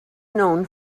known